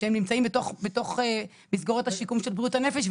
שהם נמצאים בתוך מסגרות השיקום של בריאות הנפש,